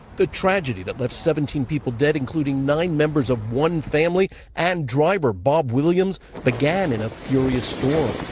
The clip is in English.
the tragedy that left seventeen people dead including nine members of one family and driver bob williams began in a furious storm.